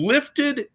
Lifted